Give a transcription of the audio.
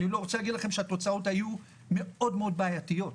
ואני רוצה להגיד לכם שהתוצאות היו מאוד מאוד בעייתיות,